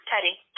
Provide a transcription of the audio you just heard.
Teddy